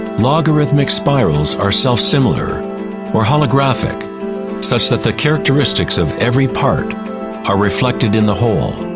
logarithmic spirals are self-similar or holographic such that the characteristics of every part are reflected in the whole.